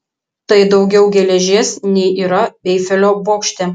tai daugiau geležies nei yra eifelio bokšte